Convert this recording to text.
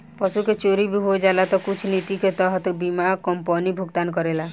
पशु के चोरी भी हो जाला तऽ कुछ निति के तहत बीमा कंपनी भुगतान करेला